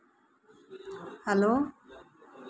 hello